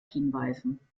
hinweisen